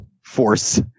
force